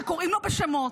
שקוראים לו בשמות.